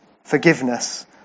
Forgiveness